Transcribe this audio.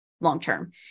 long-term